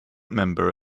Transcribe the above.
member